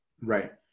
Right